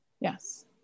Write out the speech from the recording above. yes